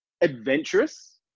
adventurous